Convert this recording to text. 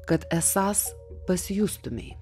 kad esąs pasijustumei